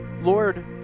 Lord